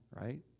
right